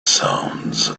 sounds